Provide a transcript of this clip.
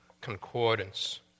concordance